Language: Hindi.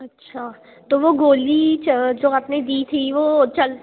अच्छा तो वो गोली च जो आपने दी थी वो चल